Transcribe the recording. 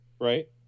right